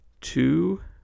two